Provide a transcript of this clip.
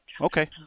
Okay